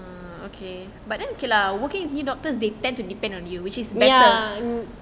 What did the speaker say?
ya